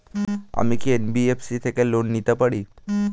আমি কি এন.বি.এফ.সি থেকে লোন নিতে পারি?